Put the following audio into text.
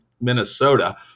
Minnesota